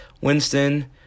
Winston